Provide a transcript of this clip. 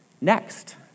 Next